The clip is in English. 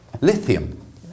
lithium